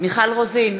מיכל רוזין,